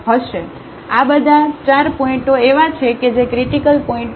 તેથી આ બધા 4 પોઇન્ટઓ એવા છે કે જે ક્રિટીકલ પોઇન્ટ છે